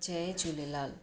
Jay Jhulelal